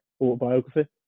Autobiography